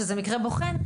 שזה מקרה בוחן,